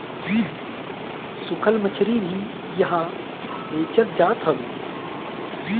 सुखल मछरी भी इहा बेचल जात हवे